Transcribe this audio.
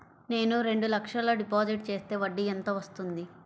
నేను రెండు లక్షల డిపాజిట్ చేస్తే వడ్డీ ఎంత వస్తుంది?